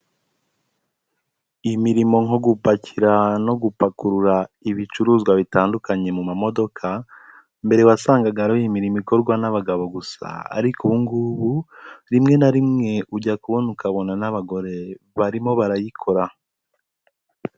Imirimo nko gupakira no gupakurura ibicuruzwa bitandukanye mu mamodoka, mbere wasangaga ari imirimo ikorwa n'abagabo gusa ,ariko ubu ngubu rimwe na rimwe ujya kubona ukabona n'abagore barimo barayikora.